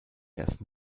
ersten